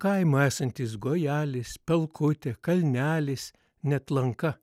kaimo esantis gojelis pelkutė kalnelis net lanka